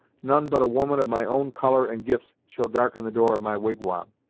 none but a woman of my own colour and gifts shall darken the door of my wigwam.